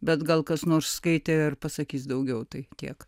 bet gal kas nors skaitė ir pasakys daugiau tai tiek